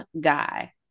guy